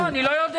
לא, אני לא יודע.